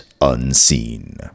unseen